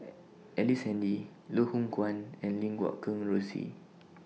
Ellice Handy Loh Hoong Kwan and Lim Guat Kheng Rosie